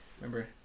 Remember